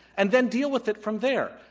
and then deal with it from there,